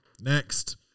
next